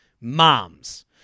moms